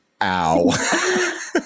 ow